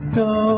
go